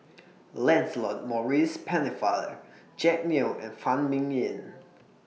Lancelot Maurice Pennefather Jack Neo and Phan Ming Yen